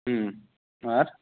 হুম আর